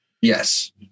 Yes